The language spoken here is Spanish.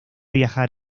viajar